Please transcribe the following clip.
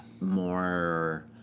more